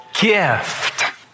gift